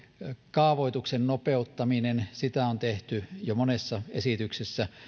kaavoituksen nopeuttaminen sitä on tehty jo monessa esityksessä